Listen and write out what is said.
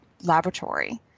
Laboratory